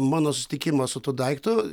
mano susitikimą su tuo daiktu